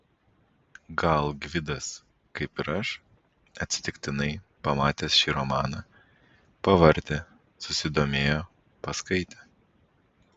gal gvidas kaip ir aš atsitiktinai pamatęs šį romaną pavartė susidomėjo paskaitė